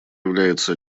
является